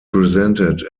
presented